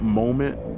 moment